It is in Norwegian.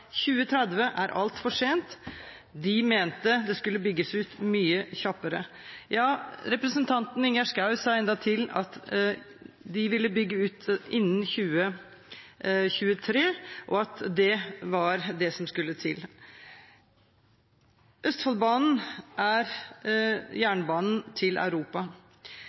2030 er altfor sent. De mente at det skulle bygges ut mye kjappere. Ja, representanten Ingjerd Schou sa endatil at de ville bygge ut innen 2023, og at det var det som skulle til. Østfoldbanen er jernbanen til Europa.